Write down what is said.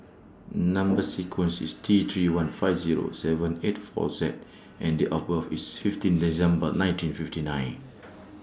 Number sequence IS T three one five Zero seven eight four Z and Date of birth IS fifteen December nineteen fifty nine